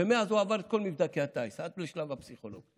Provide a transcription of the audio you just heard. ומאז הוא עבר את כל מבדקי הטיס עד לשלב הפסיכולוג,